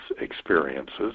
experiences